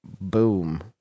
boom